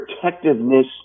protectiveness